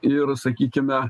ir sakykime